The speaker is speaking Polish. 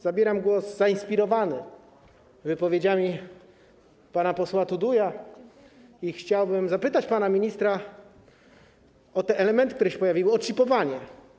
Zabieram głos zainspirowany wypowiedziami pana posła Tuduja i chciałbym zapytać pana ministra o elementy, które się pojawiły, o czipowanie.